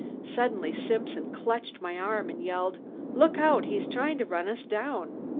suddenly simpson clutched my arm and yelled look out! he's trying to run us down.